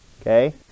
Okay